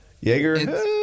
Jaeger